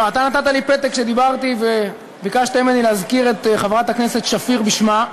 אתה נתת לי פתק כשדיברתי וביקשת ממני להזכיר את חברת הכנסת שפיר בשמה.